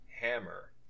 Hammer